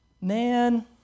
man